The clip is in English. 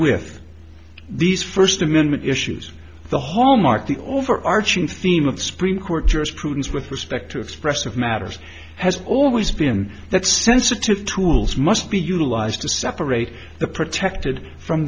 with these first amendment issues the hallmark the overarching theme of spreen court jurisprudence with respect to expressive matters has always been that sensitive tools must be utilized to separate the protected from